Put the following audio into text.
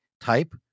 type